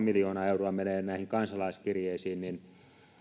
miljoonaa euroa menee näihin kansalaiskirjeisiin niin